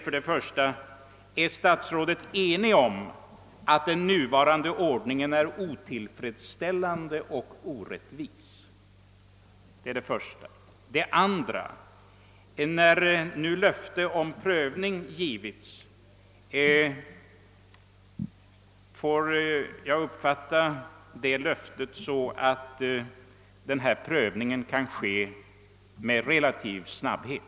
För det första: Är statsrådet ense med mig om att den nuvarande ordningen är otillfredsställande och orättvis? För det andra: När nu löftet om prövning givits, får jag uppfatta det så att prövningen kan göras relativt snabbt?